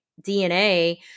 DNA